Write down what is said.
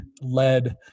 led